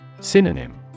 Synonym